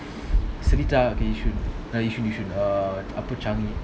po seletar yishun err yishun yishun err upper changi